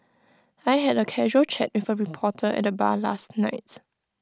I had A casual chat with A reporter at the bar last night